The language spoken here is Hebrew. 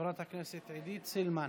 חברת הכנסת עידית סילמן.